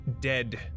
dead